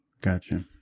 Gotcha